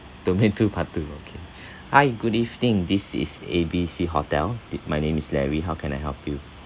domain two part two okay hi good evening this is A B C hotel thi~ my name is larry how can I help you